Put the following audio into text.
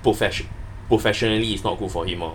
profession~ professionally is not good for him lor